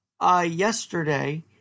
yesterday